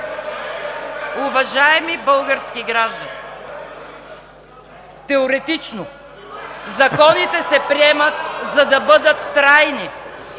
Уважаеми български граждани! Теоретично законите се приемат, за да бъдат трайни